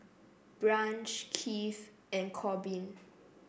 Branch Keith and Corbin